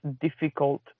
difficult